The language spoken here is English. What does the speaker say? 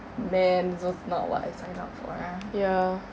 man this was not what I signed up for